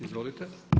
Izvolite.